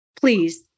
please